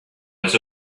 was